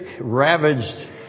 ravaged